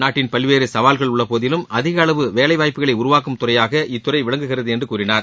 நாட்டில் பல்வேறு சவால்கள் உள்ள போதிலும் அதிக அளவு வேலை வாய்ப்பை உருவாக்கும் துறையாக இத்துறை விளங்குகிறது என்று கூறினார்